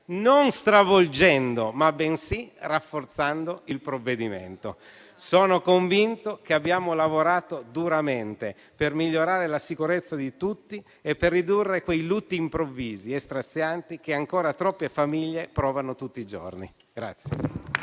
non stravolgendo, ma rafforzando il provvedimento. Sono convinto che abbiamo lavorato duramente per migliorare la sicurezza di tutti e per ridurre quei lutti improvvisi e strazianti che ancora troppe famiglie provano tutti i giorni.